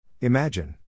Imagine